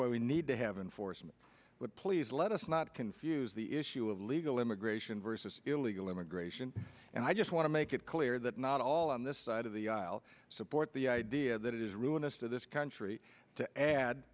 why we need to have enforcement but please let us not confuse the issue of illegal immigration versus illegal immigration and i just want to make it clear that not all on this side of the aisle support the idea that it is ruinous to this country to add